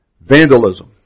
Vandalism